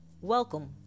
Welcome